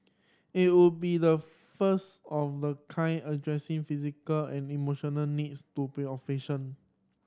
it would be the first of the kind addressing physical and emotional needs to